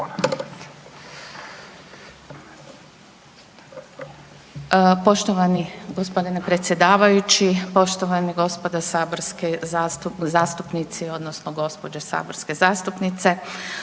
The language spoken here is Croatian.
Poštovani g. predsjedavajući, poštovani g. saborski zastupnici, odnosno gđe. zastupnice.